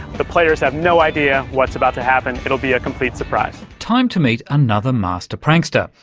the players have no idea what's about to happen. it'll be a complete surprise. time to meet another master prankster.